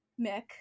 Mick